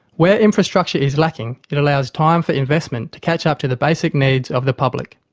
where infrastructure is lacking, it allows time for investment to catch up to the basic needs of the public.